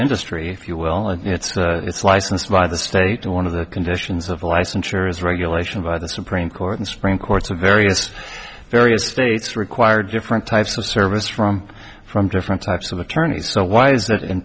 industry if you will and it's licensed by the state and one of the conditions of licensure is regulation by the supreme court and supreme courts of various various states require different types of service from from different types of attorneys so why is that in